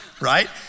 right